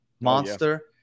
Monster